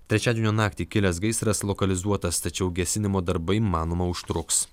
trečiadienio naktį kilęs gaisras lokalizuotas tačiau gesinimo darbai manoma užtruks